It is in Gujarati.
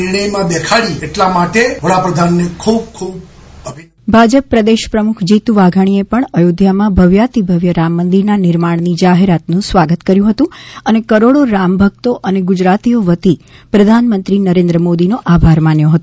વિજય રૂપાણી ભાજપ પ્રદેશ પ્રમુખ જીતુ વાઘાણીએ પણ અયોધ્યામાં ભવ્યાતિભવ્ય રામમંદિરના નિર્માણની જાહેરાતનુ સ્વાગત કર્યુ હતુ અને કરોડો રામભકતો અને ગુજરાતીઓ વતી પ્રધાનમંત્રી નરેન્દ્ર મોદીનો આભાર માન્યો હતો